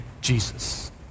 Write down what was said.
Jesus